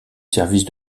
service